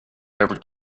ever